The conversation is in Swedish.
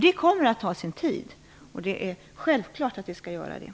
Det kommer att ta sin tid, och det är självklart att det skall ta tid.